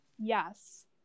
yes